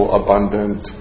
abundant